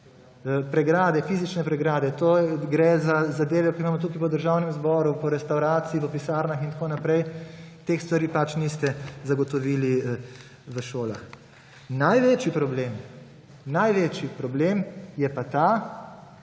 Pregrade, fizične pregrade. To gre za zadeve, ki jih imamo tukaj v Državnem zboru po restavraciji, po pisarnah in tako naprej, teh stvari niste zagotovili v šolah. Največji problem je pa ta,